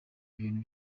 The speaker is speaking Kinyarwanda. ibintu